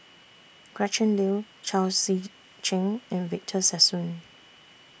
Gretchen Liu Chao Tzee Cheng and Victor Sassoon